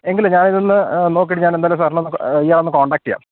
എങ്കില് ഞാന ഇതൊന്ന് നക്കട്ട് ഞാ എന്തായാലുംാറിൊന്ന് ഇയാാൊന്ന് കോൺടാക് ചെയ്യാം